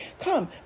come